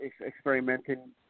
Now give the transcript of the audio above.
Experimenting